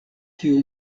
kiu